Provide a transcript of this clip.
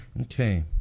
Okay